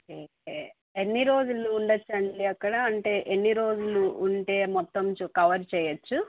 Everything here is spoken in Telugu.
ఓకే ఎన్ని రోజులు ఉండొచ్చండి అక్కడ అంటే ఎన్ని రోజులు ఉంటే మొత్తం కవర్ చేయవచ్చు